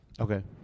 Okay